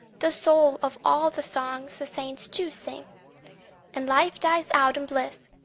the soul of all the songs the saints do sing and life dies out in bliss,